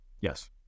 Yes